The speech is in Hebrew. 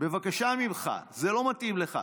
בבקשה ממך, זה לא מתאים לך.